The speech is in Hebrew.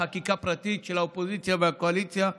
חקיקה פרטית של האופוזיציה והקואליציה.